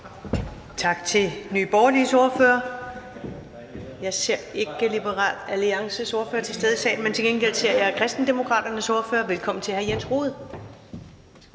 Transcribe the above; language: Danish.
Tak til Nye Borgerliges ordfører. Jeg ser ikke Liberal Alliances ordfører til stede i salen, men til gengæld ser jeg Kristendemokraternes ordfører. Velkommen til hr. Jens Rohde.